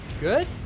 Good